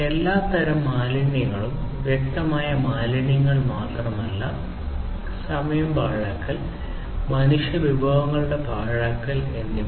എല്ലാത്തരം മാലിന്യങ്ങളും വ്യക്തമായ മാലിന്യങ്ങൾ മാത്രമല്ല സമയം പാഴാക്കൽ മനുഷ്യ വിഭവങ്ങളുടെ പാഴാക്കൽ എന്നിവ